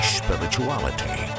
spirituality